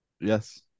Yes